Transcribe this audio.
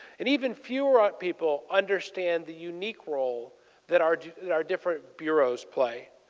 and even fewer ah people understand the unique role that our that our different bureaus play.